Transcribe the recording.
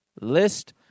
List